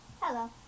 Hello